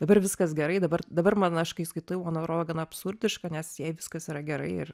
dabar viskas gerai dabar dabar man aš kai skaitau man atroo gana absurdiška nes jei viskas yra gerai ir